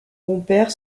compère